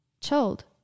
chilled